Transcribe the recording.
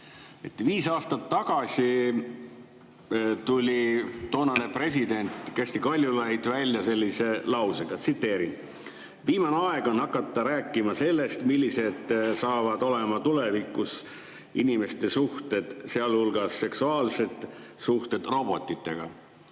Viis aastat tagasi tuli toonane president Kersti Kaljulaid välja sellise lausega, tsiteerin: "Viimane aeg on hakata rääkima sellest, millised saavad olema tulevikus inimeste suhted, sealhulgas seksuaalsed suhted, robotitega."